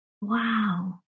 Wow